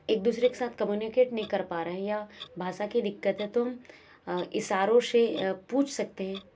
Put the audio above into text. एक दूसरे के साथ कमुनिकेट नहीं कर पा रहे हैं या भाषा की दिक्कत है तो हम इशारों से पूछ सकते हैं